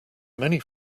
many